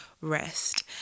rest